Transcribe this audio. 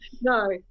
No